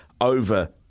over